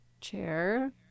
chair